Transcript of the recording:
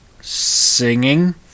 singing